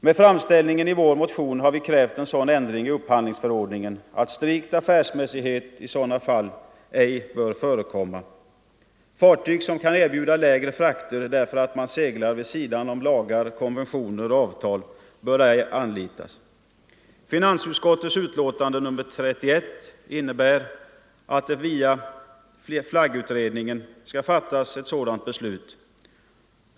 Med framställningen i vår motion har vi krävt en sådan ändring i upphandlingsförordningen att strikt affärsmässighet i sådana fall ej bör förekomma. Fartyg som kan erbjuda lägre frakter därför att man seglar vid sidan om lagar, konventioner och avtal bör ej anlitas. Finansutskottets betänkande nr 31 innebär att det via flaggutredningen skall fattas ett sådant beslut.